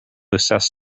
assess